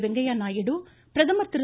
வெங்கைய நாயுடு பிரதமர் திரு